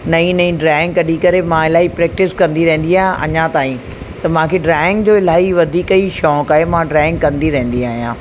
नई नई ड्रॉइंग कढी करे मां इलाही प्रैक्टिस कंदी रहंदी आहे अञा ताईं त मूंखे ड्रॉइंग जो इलाही वधीक ई शौक़ु आहे मां ड्रॉइंग कंदी रहंंदी आहियां